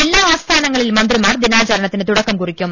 ജില്ലാ ആസ്ഥാനങ്ങളിൽ മന്ത്രിമാർ ദിനാചരണത്തിന് തുടക്കം കുറിക്കും